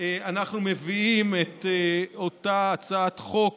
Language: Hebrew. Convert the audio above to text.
אנחנו מביאים את אותה הצעת חוק